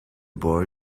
boy